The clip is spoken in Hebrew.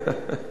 לא, זה